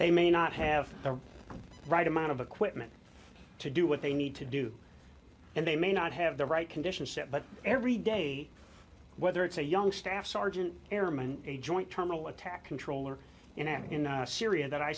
they may not have the right amount of equipment to do what they need to do and they may not have the right conditions set but every day whether it's a young staff sergeant airman a joint terminal attack controller in syria that i